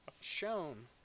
shown